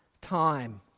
time